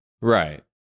Right